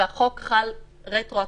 והחוק חל רטרואקטיבית,